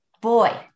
Boy